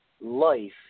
life